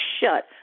shut